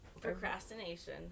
Procrastination